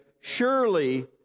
Surely